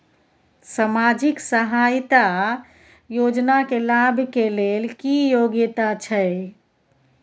सामाजिक सहायता योजना के लाभ के लेल की योग्यता छै?